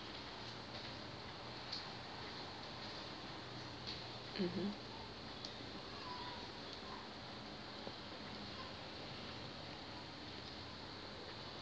mmhmm